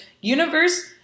universe